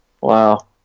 Wow